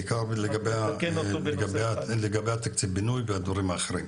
בעיקר לגבי תקציב הבינוי והדברים האחרים.